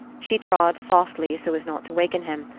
she trod softly, so as not to waken him,